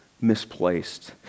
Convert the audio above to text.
misplaced